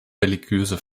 religiöse